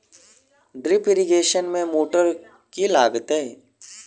Drip irrigation मे motor केँ लागतै?